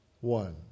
one